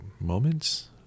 moments